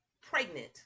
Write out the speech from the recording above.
Pregnant